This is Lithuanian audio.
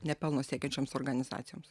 ne pelno siekiančioms organizacijoms